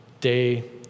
day